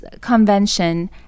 convention